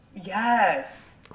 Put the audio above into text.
Yes